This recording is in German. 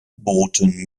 booten